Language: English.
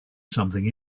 something